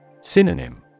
Synonym